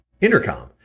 Intercom